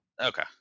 Okay